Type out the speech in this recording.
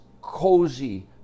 cozy